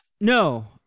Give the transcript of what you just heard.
No